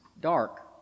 dark